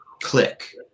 click